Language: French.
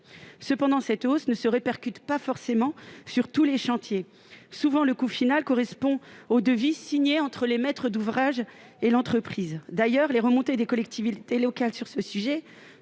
Cependant, cette hausse ne se répercute pas forcément sur tous les chantiers. Souvent, le coût final correspond au devis signé entre les maîtres d'ouvrage et l'entreprise. D'ailleurs, les remontées des collectivités locales sur ce sujet